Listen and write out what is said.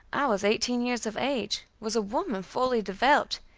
i was eighteen years of age, was a woman fully developed,